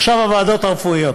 עכשיו לוועדות הרפואיות.